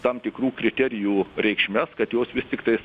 tam tikrų kriterijų reikšmes kad jos vis tiktais